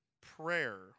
prayer